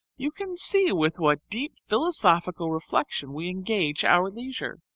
you can see with what deep philosophical reflection we engage our leisure!